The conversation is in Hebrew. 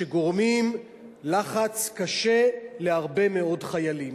שגורמים לחץ קשה להרבה מאוד חיילים.